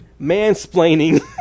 mansplaining